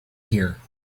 here